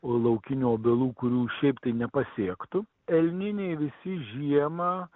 laukinių obelų kurių šiaip tai nepasiektų elniniai visi žiemą